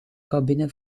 cabine